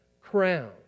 crown